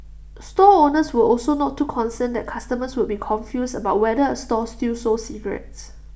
store owners were also not too concerned that customers would be confused about whether A store still sold cigarettes